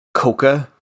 coca